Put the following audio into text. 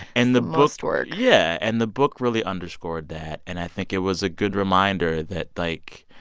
and the most work yeah. and the book really underscored that. and i think it was a good reminder that, like,